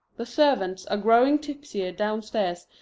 the servants are growing tipsier downstairs,